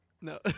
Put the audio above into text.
no